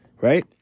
right